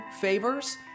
favors